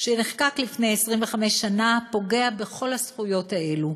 שנחקק לפני 25 שנה, פוגע בכל הזכויות האלה,